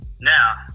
now